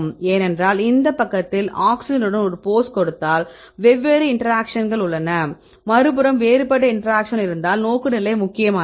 ஏனென்றால் இந்த பக்கத்தில் ஆக்ஸிஜனுடன் ஒரு போஸ் கொடுத்தால் வெவ்வேறு இன்டராக்ஷன்கள் உள்ளன மறுபுறம் வேறுபட்ட இன்டராக்ஷன்கள் இருந்தால் நோக்குநிலை முக்கியமானது